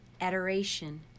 adoration